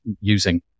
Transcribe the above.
using